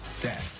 Dad